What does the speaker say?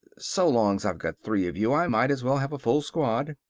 so long's i've got three of you, i might as well have a full squad.